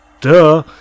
Duh